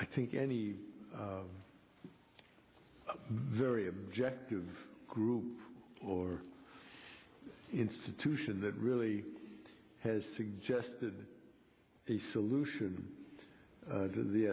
i think any very objective group or institution that really has suggested a solution to the